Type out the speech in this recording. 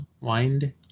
Wind